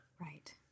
Right